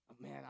Man